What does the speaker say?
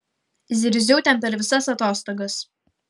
zirziau ten per visas atostogas